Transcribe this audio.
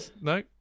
no